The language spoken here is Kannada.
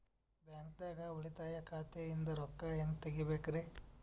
ಬ್ಯಾಂಕ್ದಾಗ ಉಳಿತಾಯ ಖಾತೆ ಇಂದ್ ರೊಕ್ಕ ಹೆಂಗ್ ತಗಿಬೇಕ್ರಿ?